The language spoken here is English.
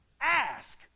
ask